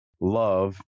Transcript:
love